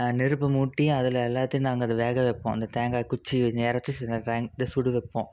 நெருப்பு மூட்டி அதில் எல்லாத்தையும் நாங்கள் அது வேகவைப்போம் அந்த தேங்காய் குச்சியை நேராக வச்சு அந்த தேங் இந்த சுடு வைப்போம்